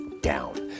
down